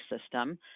system